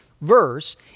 verse